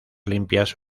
limpias